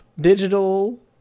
digital